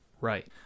Right